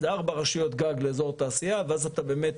זה ארבע רשויות גג לאזור תעשייה ואז אתה באמת